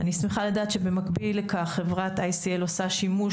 אני שמחה לדעת שבמקביל לכך חברת ICL עושה שימוש